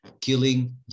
killing